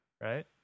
right